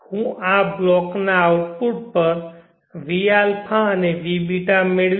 હું આ બ્લોકના આઉટપુટ પર vα અને vß મેળવીશ